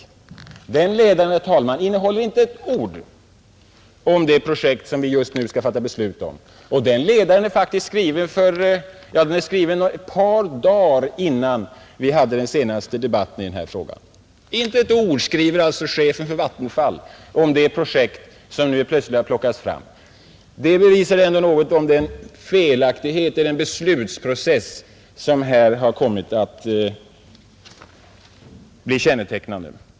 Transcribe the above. Den ledaren, herr talman, innehåller inte ett enda ord om det projekt som vi just nu skall fatta beslut om, Ledaren är faktiskt skriven bara ett par dagar innan vi hade den senaste debatten i den här frågan, Inte ett ord skriver alltså chefen för Vattenfall om det projekt som nu helt plötsligt har plockats fram! Det bevisar ändå något om felaktigheten i den beslutsprocess som här har kommit att bli kännetecknande.